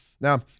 Now